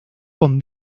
con